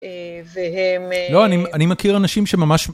והם... לא, אני מכיר אנשים שממש...